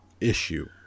issue